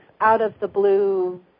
out-of-the-blue